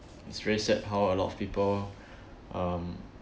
it's very sad how a lot of people um